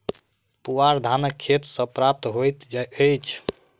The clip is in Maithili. पुआर धानक खेत सॅ प्राप्त होइत अछि